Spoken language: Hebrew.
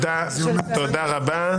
תודה רבה.